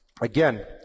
again